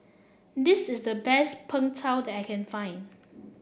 this is the best Png Tao that I can find